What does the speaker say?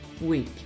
week